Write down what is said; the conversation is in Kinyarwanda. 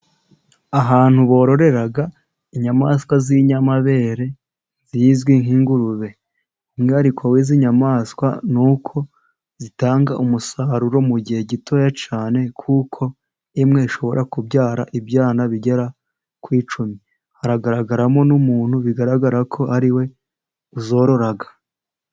Ahantu bororeraga inyamaswa z'inyamabere zizwi nk'ingurube, inwiriko wi zin nyayamaswa ni uko zitanga umusaruro mu gihe gitoya cyane, kuko imwe ishobora kubyara ibyana bigera ku icumi haragaragaramo n'umuntu bigaragara ko ari we zorora.